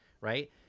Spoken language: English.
right